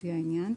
לפי העניין),